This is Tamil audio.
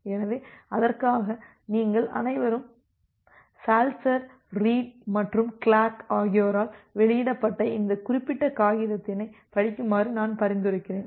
எனவே அதற்காக நீங்கள் அனைவரும் சால்ட்ஸர் ரீட் மற்றும் கிளார்க் ஆகியோரால் வெளியிடப்பட்ட இந்த குறிப்பிட்ட காகிதத்தினை படிக்குமாறு நான் பரிந்துரைக்கிறேன்